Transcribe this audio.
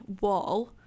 wall